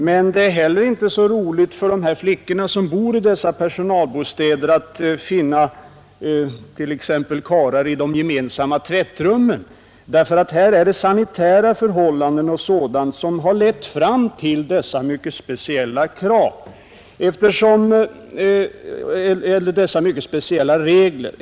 Men det är inte heller så roligt för de flickor, som bor i dessa personalbostäder, att t.ex. finna karlar i de gemensamma tvättrummen. Det är sanitära förhållanden och sådant som har lett fram till de mycket speciella regler det gäller.